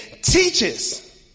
teaches